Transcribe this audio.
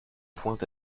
point